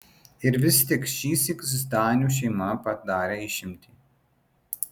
ir vis tik šįsyk zdanių šeima padarė išimtį